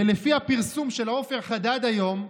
ולפי הפרסום של עופר חדד היום,